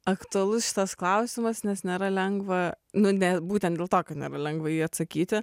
aktualus šitas klausimas nes nėra lengva nu ne būtent dėl to kad nėra lengva į jį atsakyti